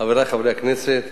חברי חברי הכנסת,